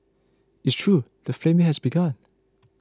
it's true the flaming has begun